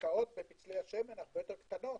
ההשקעות בפצלי השמן הרבה יותר קטנות